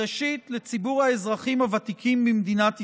ראשית, לציבור האזרחים הוותיקים במדינת ישראל.